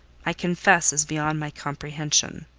i confess is beyond my comprehension.